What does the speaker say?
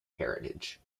heritage